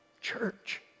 Church